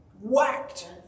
whacked